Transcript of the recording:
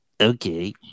Okay